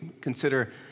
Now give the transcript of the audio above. consider